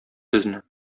сезне